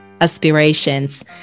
aspirations